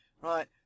Right